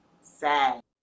Sad